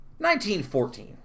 1914